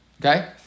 Okay